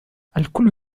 الكل